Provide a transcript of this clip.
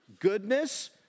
Goodness